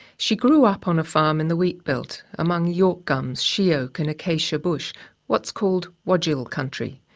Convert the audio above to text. she grew up on a farm in the wheatbelt among york gums, sheoak and acacia bush what's called wodjil country.